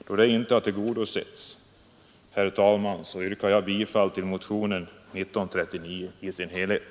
Då detta inte har tillgodosetts, herr talman, yrkar jag bifall till motionen 1639 i dess helhet.